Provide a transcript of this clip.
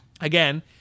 Again